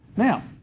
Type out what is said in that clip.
now